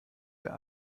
der